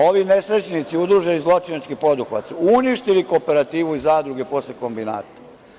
Ovi nesrećnici, udruženi zločinački poduhvat, uništili kooperativu i zadruge posle kombinata.